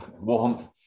warmth